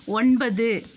ஒன்பது